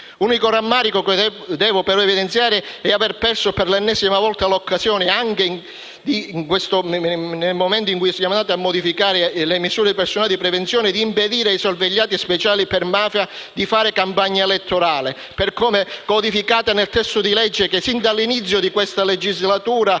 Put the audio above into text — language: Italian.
Unico rammarico che devo però evidenziare è aver perso, per l'ennesima volta, l'occasione, nel momento in cui si sono modificate le misure personali di prevenzione, di impedire ai sorvegliati speciali per mafia di fare campagna elettorale, per come codificata nel testo di legge che sin dall'inizio di questa Legislatura